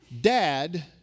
dad